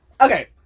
okay